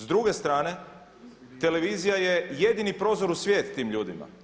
S druge strane televizija je jedini prozor u svijet tim ljudima.